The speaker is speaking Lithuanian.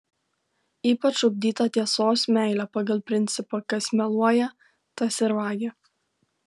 ypač ugdyta tiesos meilė pagal principą kas meluoja tas ir vagia